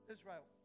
Israel